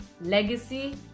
legacy